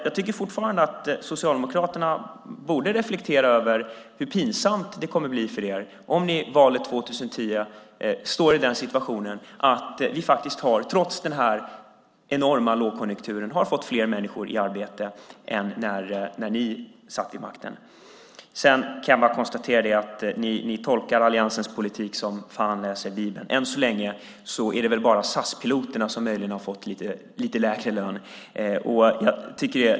Jag tycker fortfarande att Socialdemokraterna borde reflektera över hur pinsamt det kommer att bli för er om ni inför valet 2010 står inför den situationen att vi faktiskt, trots den enorma lågkonjunkturen, har fått fler människor i arbete än när ni satt vid makten. Sedan kan jag bara konstatera att ni tolkar alliansens politik som fan läser Bibeln. Än så länge är det väl bara SAS-piloterna som möjligen har fått lite lägre löner.